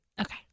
Okay